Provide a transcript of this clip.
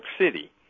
City